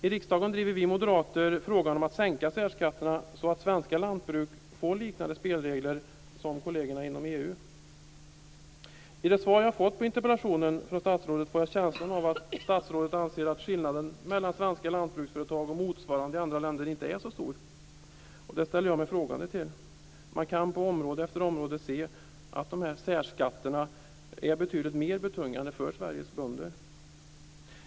I riksdagen driver vi moderater frågan om att sänka särskatterna så att svenska lantbruk får liknande spelregler som kollegerna inom EU. Av det svar jag fått på interpellationen från statsrådet får jag känslan av att statsrådet anser att skillnaden mellan svenska lantbruksföretag och motsvarande i andra länder inte är så stor. Det ställer jag mig frågande till. Man kan på område efter område se att särskatterna är betydligt mer betungande för Sveriges bönder.